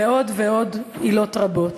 ועוד ועוד עילות רבות.